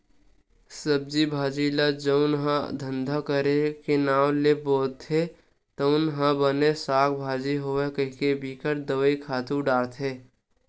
सब्जी भाजी ल जउन ह धंधा करे के नांव ले बोथे तउन ह बने साग भाजी होवय कहिके बिकट दवई, खातू डारथे